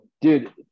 Dude